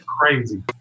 crazy